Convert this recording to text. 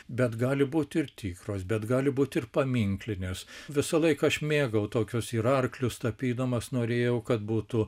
bet gali būt ir tikros bet gali būt ir paminklinės visą laiką aš mėgau tokius ir arklius tapydamas norėjau kad būtų